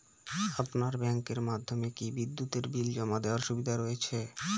আপনার ব্যাংকের মাধ্যমে কি বিদ্যুতের বিল জমা দেওয়ার সুবিধা রয়েছে?